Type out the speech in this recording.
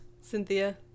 Cynthia